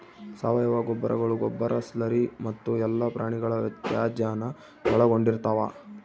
ಸಾವಯವ ಗೊಬ್ಬರಗಳು ಗೊಬ್ಬರ ಸ್ಲರಿ ಮತ್ತು ಎಲ್ಲಾ ಪ್ರಾಣಿಗಳ ತ್ಯಾಜ್ಯಾನ ಒಳಗೊಂಡಿರ್ತವ